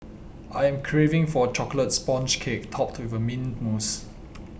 I am craving for a Chocolate Sponge Cake Topped with Mint Mousse